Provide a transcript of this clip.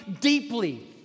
deeply